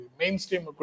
mainstream